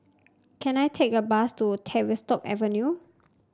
can I take a bus to Tavistock Avenue